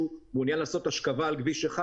ובארץ אין כמעט מודעות לחשיבות של הצמיגים,